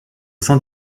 sein